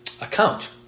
account